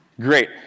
Great